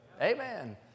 Amen